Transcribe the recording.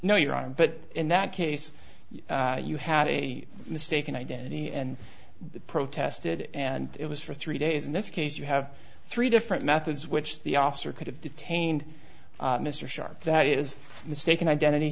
no you're armed but in that case you had a mistaken identity and protested and it was for three days in this case you have three different methods which the officer could have detained mr sharp that is mistaken identity